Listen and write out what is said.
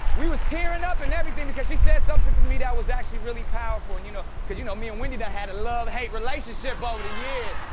we was tearin' up and everything because she something to me that was actually really powerful. and you know cause you know, me and wendy done had a love-hate relationship over the years.